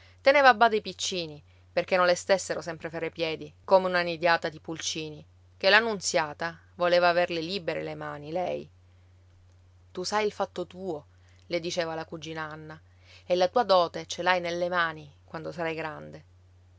teneva a bada i piccini perché non le stessero sempre fra i piedi come una nidiata di pulcini ché la nunziata voleva averle libere le mani lei tu sai il fatto tuo le diceva la cugina anna e la tua dote ce l'hai nelle mani quando sarai grande